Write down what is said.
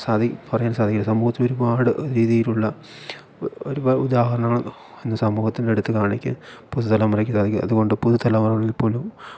പറയാൻ സാധിക്കില്ല സമൂഹത്തില് ഒരുപാട് രീതിയിലുള്ള ഒരുപാട് ഉദാഹരണങ്ങള് ഇന്ന് സമൂഹത്തിൻ്റെയടുത്ത് കാണിക്കാന് പുതു തലമുറയ്ക്ക് സാധിക്കും അതുകൊണ്ട് പുതു തലമുറകളിൽപ്പോലും